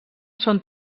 són